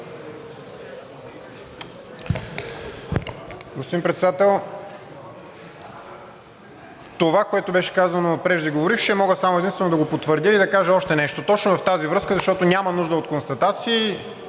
Господин Председател, това, което беше казано от преждеговорившия, мога само и единствено да го потвърдя и да кажа още нещо точно в тази връзка, защото няма нужда от констатации.